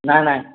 नाही नाही